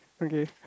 okay